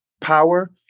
power